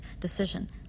decision